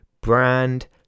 brand